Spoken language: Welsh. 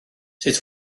sut